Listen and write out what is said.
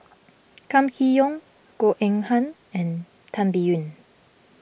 Kam Kee Yong Goh Eng Han and Tan Biyun